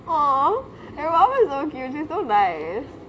!aww! your mum is so cute she's so nice